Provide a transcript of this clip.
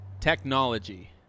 Technology